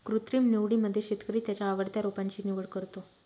कृत्रिम निवडीमध्ये शेतकरी त्याच्या आवडत्या रोपांची निवड करतो